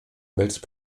welches